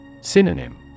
Synonym